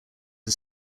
are